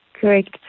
Correct